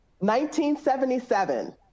1977